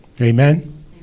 Amen